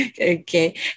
Okay